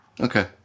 Okay